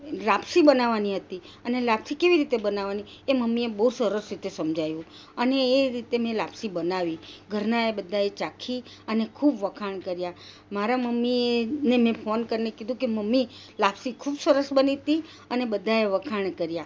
લાપસી બનાવાની હતી અને લાપસી કેવી રીતે બનાવાની એ મમ્મીએ બહુ સરસ રીતે સમજાવ્યું અને એ રીતે મેં લાપસી બનાવી ઘરનાએ બધાએ ચાખી અને ખૂબ વખાણ કર્યાં મારા મમ્મી એને મેં ફોન કરીને કીધું કે મમ્મી લાપસી ખૂબ સરસ બની હતી અને બધાએ વખાણ કર્યા